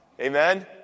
amen